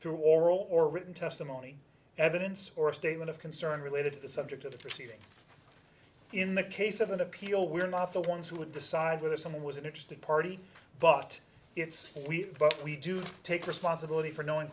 through oral or written testimony evidence or a statement of concern related to the subject of the proceeding in the case of an appeal we're not the ones who would decide whether someone was an interested party but it's we but we do take responsibility for knowing